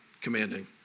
commanding